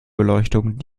beleuchtung